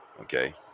Okay